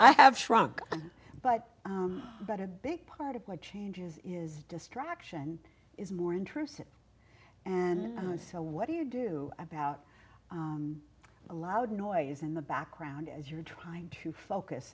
i have shrunk but but a big part of what changes is distraction is more intrusive and so what do you do about a loud noise in the background as you're trying to focus